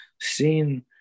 seeing